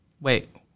Wait